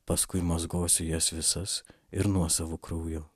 paskui mazgosiu jas visas ir nuosavu krauju